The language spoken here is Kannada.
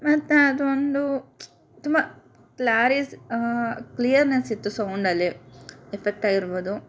ಮತ್ತು ಅದು ಒಂದು ತುಂಬ ಕ್ಲಾರಿಸ್ ಕ್ಲಿಯರ್ನೆಸ್ ಇತ್ತು ಸೌಂಡಲ್ಲಿ ಎಫೆಕ್ಟ್ ಆಗಿರ್ಬೋದು